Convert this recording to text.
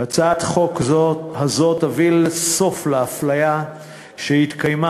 הצעת החוק הזאת תביא סוף לאפליה שהתקיימה